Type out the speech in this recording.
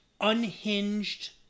unhinged